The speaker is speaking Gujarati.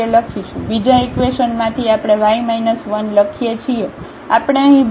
બીજા ઇકવેશન માંથી આપણેy 1લખીએ છીએ આપણે અહીં બદલીશું